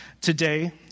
today